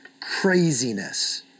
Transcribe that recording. craziness